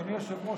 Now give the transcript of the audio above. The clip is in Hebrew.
אדוני היושב-ראש,